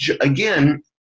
again